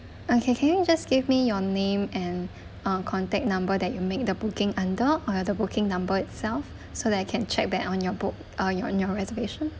okay can you just give me your name and uh contact number that you make the booking under or your the booking number itself so that I can check back on your book uh or in your reservation